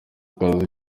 kazi